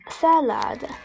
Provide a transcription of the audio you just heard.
salad